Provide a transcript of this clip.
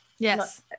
Yes